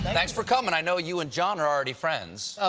thanks for coming. i know you and jon are already friends? oh,